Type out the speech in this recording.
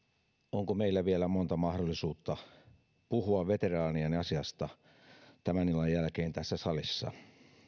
onko meillä vielä monta mahdollisuutta puhua veteraanien asiasta tämän illan jälkeen tässä salissa